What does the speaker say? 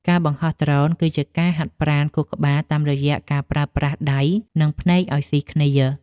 ការបង្ហោះដ្រូនគឺជាការហាត់ប្រាណខួរក្បាលតាមរយៈការប្រើប្រាស់ដៃ និងភ្នែកឱ្យស៊ីគ្នា។